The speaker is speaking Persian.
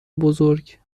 بزرگ